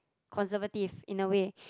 conservative in a way